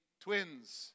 twins